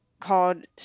called